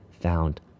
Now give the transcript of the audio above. found